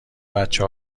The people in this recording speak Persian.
بچه